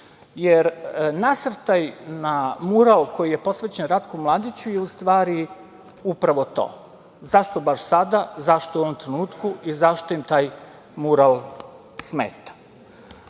pleća. Nasrtaj na mural koji je posvećen Ratku Mladiću je u stvari, upravo to. Zašto baš sada, zašto u ovom trenutku i zašto im taj mural smeta?